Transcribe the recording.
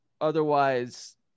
otherwise